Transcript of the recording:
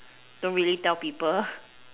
don't really tell people